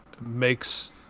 makes